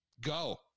Go